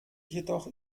jedoch